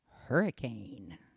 Hurricane